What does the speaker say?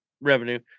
revenue